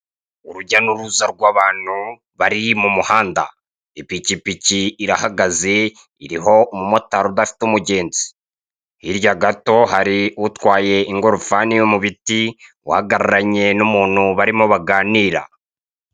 Urujya nuruza rwabantu bari mumuhanda ipikipiki irahagaze iriho umumotari udafite umugenzi, hirya gato hari utwaye ingorofani yo mubiti uhagarararanye numuntu barimo baganira.